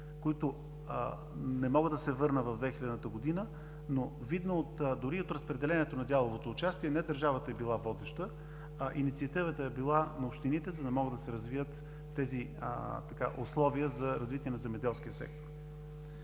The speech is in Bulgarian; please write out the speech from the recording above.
идеи. Не мога да се върна в 2000 г., но видно дори от разпределението на дяловото участие, не държавата е била водеща, а инициативата е била на общините, за да могат да се развият тези условия за развитие на земеделския сектор.